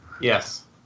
Yes